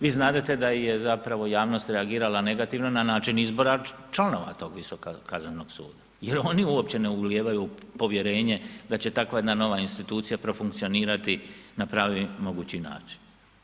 Vi znadete da je zapravo i javnost reagirala negativno na način izbora članova tog Visokog kaznenog suda jer oni uopće ne ulijevaju povjerenje da će takva jedna nova institucija profunkcionirati na pravi mogući način.